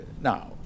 now